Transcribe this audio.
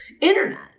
internet